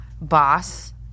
Boss